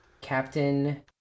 Captain